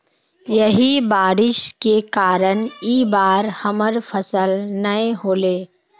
यही बारिश के कारण इ बार हमर फसल नय होले?